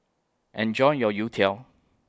Enjoy your Youtiao